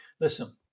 Listen